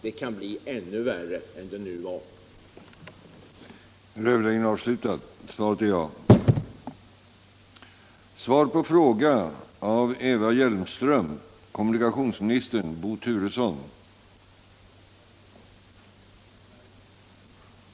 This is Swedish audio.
Det kan bli ännu värre än det var denna gång.